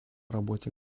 работе